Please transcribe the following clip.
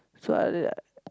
so I'll